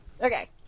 Okay